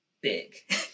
big